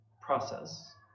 process